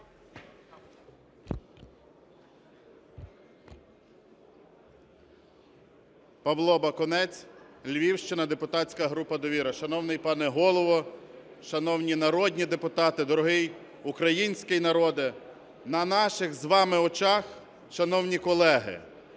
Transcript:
Павло Бакунець, Львівщина, депутатська група "Довіра". Шановний пане Голово! Шановні народні депутати! Дорогий український народе! На наших з вами очах, шановні колеги,